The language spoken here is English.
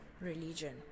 religion